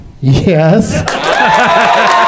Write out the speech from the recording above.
Yes